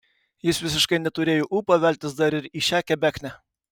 jis visiškai neturėjo ūpo veltis dar ir į šią kebeknę